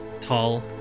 tall